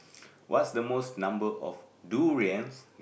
what's the most number of durian